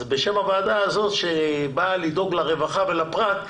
בשם הוועדה הזאת שבאה לדאוג לרווחה ולפרט,